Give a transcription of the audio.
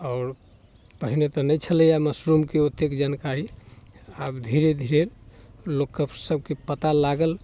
आओर पहिने तऽ नहि छलैए मशरूमके ओतेक जानकारी आब धीरे धीरे लोकके सबके पता लागल